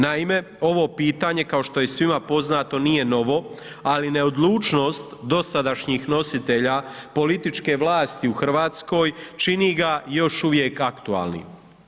Naime, ovo pitanje kao što je svima poznato nije novo, ali neodlučnost dosadašnjih nositelja političke vlasti u Hrvatskoj čini ga još uvijek aktualnim.